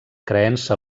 creença